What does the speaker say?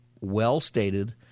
well-stated